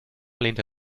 lehnte